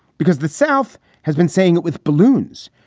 because the south has been saying it with balloons.